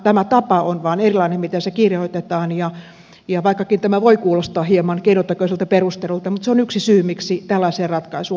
tämä tapa miten se kirjoitetaan on vain erilainen ja vaikkakin tämä voi kuulostaa hieman keinotekoiselta perustelulta se on yksi syy miksi tällaiseen ratkaisuun on päädytty